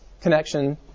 connection